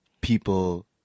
people